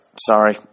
Sorry